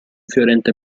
fiorente